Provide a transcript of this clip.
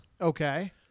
Okay